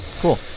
cool